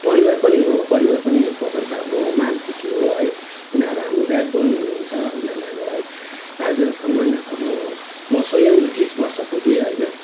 परिवार पनि हो परिवार पनि एक प्रकारको हाम्रो माइलखुट्टी हो है उनीहरू हाम्रो ब्याकबोन हुनुहुन्छ उनीहरूले हामीलाई आजसम्म अब म स्वयं तिस वर्ष पुगेँ होइन